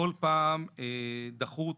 כל פעם דחו אותה,